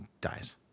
dies